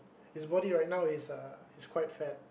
his body right now is ah is quite fat